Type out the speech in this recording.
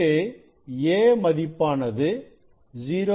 இங்கு a மதிப்பானது 0